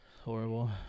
Horrible